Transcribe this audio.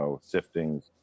siftings